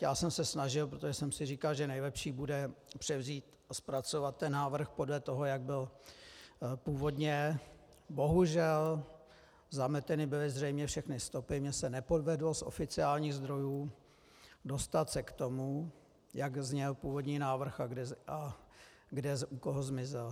Já jsem se snažil, protože jsem si říkal, že nejlepší bude převzít a zpracovat ten návrh podle toho, jak byl původně, bohužel, zameteny byly zřejmě všechny stopy, mně se nepovedlo z oficiálních zdrojů dostat se k tomu, jak zněl původní návrh a u koho zmizel.